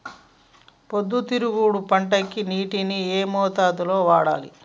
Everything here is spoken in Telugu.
పొద్దుతిరుగుడు పంటకి నీటిని ఏ మోతాదు లో వాడాలి?